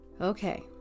Okay